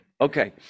Okay